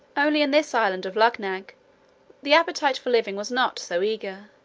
only in this island of luggnagg the appetite for living was not so eager,